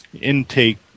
intake